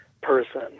person